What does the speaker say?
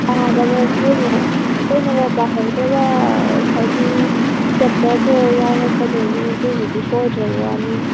ꯑꯩꯈꯣꯏꯅꯒ ꯄꯥꯍꯧꯗꯕ ꯍꯥꯏꯗꯤ ꯄꯦꯄꯔꯗꯣ ꯌꯥꯎꯔꯛꯀꯗꯣꯏꯅꯤ ꯑꯗꯨꯕꯨꯗꯤ ꯁꯣꯏꯗ꯭ꯔꯕ ꯋꯥꯅꯤꯅꯦ